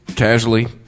casually